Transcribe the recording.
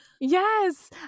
Yes